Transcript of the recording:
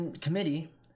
Committee